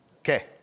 Okay